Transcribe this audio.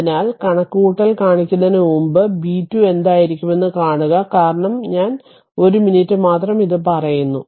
അതിനാൽ കണക്കുകൂട്ടൽ കാണിക്കുന്നതിനുമുമ്പ് അതിനാൽ b 2 എന്തായിരിക്കുമെന്ന് കാണുക കാരണം ഞാൻ 1 മിനിറ്റ് മാത്രം പറയുന്നു